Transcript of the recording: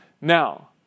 Now